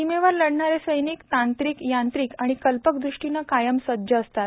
सीमेवर लढणारे सैनिक तांत्रिक यांत्रिक आणि कल्पक दृष्टीनं कायम सज्ज असतात